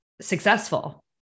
successful